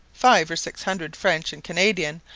five or six hundred french and canadians,